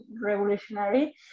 revolutionary